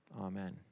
Amen